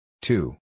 two